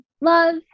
love